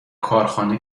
کارخانه